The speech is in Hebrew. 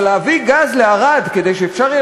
אבל להביא גז לערד כדי שאפשר יהיה